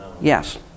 Yes